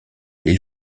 les